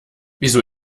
wieso